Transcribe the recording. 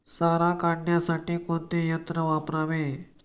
सारा काढण्यासाठी कोणते यंत्र वापरावे?